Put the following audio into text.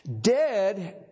Dead